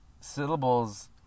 Syllables